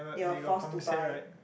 they were forced to buy